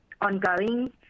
ongoing